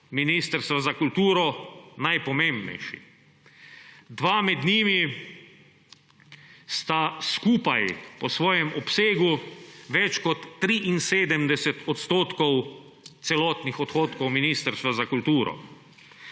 Ministrstva za kulturo najpomembnejši. Dva med njimi sta skupaj, po svojem obsegu, več kot 73 % celotnih odhodkov Ministrstva za kulturo.